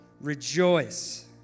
Rejoice